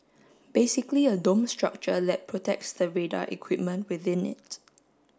basically a dome structure that protects the radar equipment within it